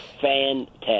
fantastic